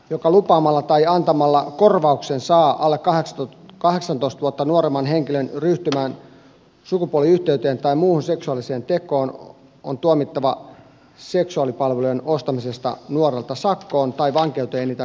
joka lupaamalla tai antamalla korvauksen saa kahdeksaatoista vuotta nuoremman henkilön ryhtymään sukupuoliyhteyteen tai muuhun seksuaaliseen tekoon on tuomittava seksuaalipalvelujen ostamisesta nuorelta sakkoon tai vankeuteen enintään kahdeksi vuodeksi